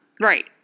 Right